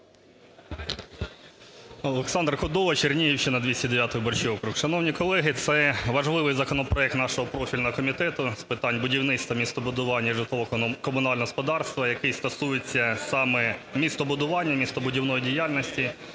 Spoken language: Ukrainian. Олександр Кодола, Чернігівщина, 209-й виборчий округ. Шановні колеги! Це важливий законопроект нашого профільного Комітету з питань будівництва, містобудування і житлово-комунального господарства, який стосується саме містобудування і містобудівної діяльності.